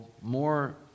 more